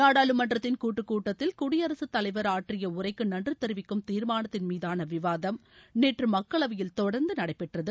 நாடாளுமன்றத்தின் கூட்டுக்கூட்டத்தில் குடியரகத்தலைவா் ஆற்றிய உரைக்கு நன்றி தெரிவிக்கும் தீர்மானத்தின் மீதான விவாதம் நேற்று மக்களவையில் தொடர்ந்து நடைபெற்றது